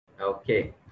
Okay